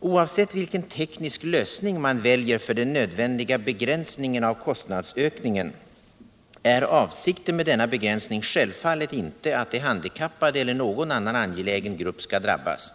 Oavsett vilken teknisk lösning man väljer för den nödvändiga begränsningen av kostnadsökningen är avsikten med denna begränsning självfallet inte att de handikappade eller någon annan angelägen grupp skall drabbas.